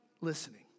listening